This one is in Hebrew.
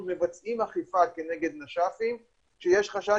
אנחנו מבצעים אכיפה כנגד נש"פים שיש חשד